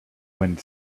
wind